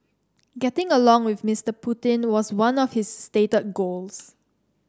getting along with Mr Putin was one of his stated goals